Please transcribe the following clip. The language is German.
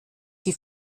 die